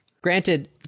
Granted